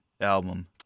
album